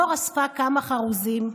מור אספה כמה חרוזים,